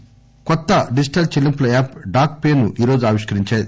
లు కొత్త డిజిటల్ చెల్లింపుల యాప్ డాక్ పే ను ఈరోజు ఆవిష్కరించాయి